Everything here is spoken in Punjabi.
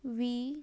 ਵੀਹ